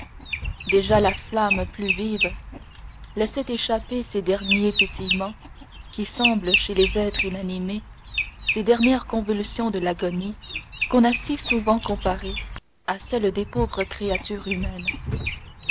déjà la flamme plus vive laissait échapper ces derniers pétillements qui semblent chez les êtres inanimés ces dernières convulsions de l'agonie qu'on a si souvent comparées à celles des pauvres créatures humaines